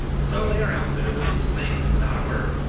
so they are outfitted with these things without a word.